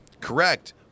Correct